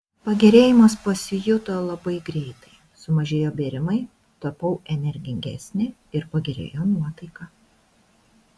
pagerėjimas pasijuto labai greitai sumažėjo bėrimai tapau energingesnė ir pagerėjo nuotaika